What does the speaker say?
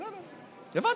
בסדר, הבנתי.